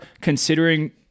considering